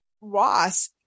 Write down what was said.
Ross